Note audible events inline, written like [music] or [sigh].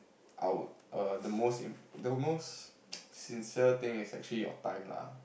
I would err the most the most [noise] sincere thing is actually your time lah